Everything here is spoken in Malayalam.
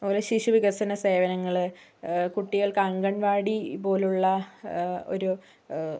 ഒര് ശിശു വികസന സേവനങ്ങളെ കുട്ടികൾക്ക് അംഗൻവാടി പോലുള്ള ഒരു